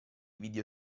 video